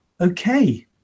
Okay